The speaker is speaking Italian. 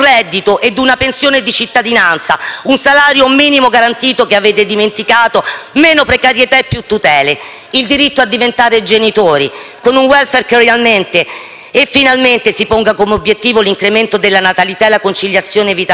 una pensione di cittadinanza, un salario minimo garantito che avete dimenticato, meno precarietà e più tutele. Il diritto a diventare genitori, con un *welfare* che realmente e finalmente si ponga come obiettivo l'incremento della natalità e la conciliazione vita-lavoro.